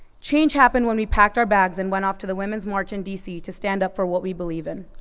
change happened when we packed our bags and went off to the women's march in dc to stand up for what we believe in.